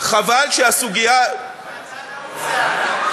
חבל שהסוגיה, מהצד ההוא זה עלה.